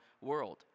world